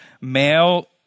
male